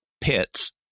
pits